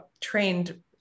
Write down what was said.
trained